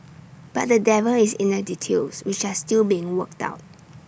but the devil is in the details which are still being worked out